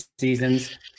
seasons